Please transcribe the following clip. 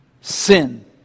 Sin